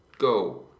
go